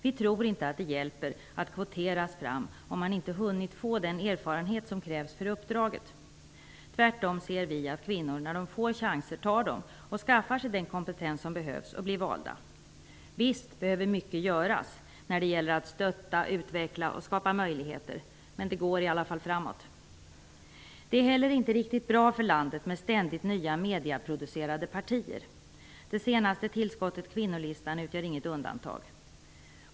Vi tror inte att det hjälper att kvotera fram kvinnor om man inte hunnit få den erfarenhet som krävs för uppdraget. Tvärtom ser vi gärna att kvinnorna tar chanser när de får dem, att de skaffar sig den kompetens som behövs och därmed blir valda. Visst behöver mycket göras när det gäller att stötta, utveckla och skapa möjligheter. Men det går i alla fall framåt. Det är heller inte riktigt bra för landet med ständigt nya medieproducerade partier. Det senaste tillskottet, Kvinnolistan, utgör inget undantag.